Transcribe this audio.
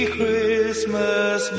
Christmas